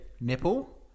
Nipple